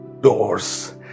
doors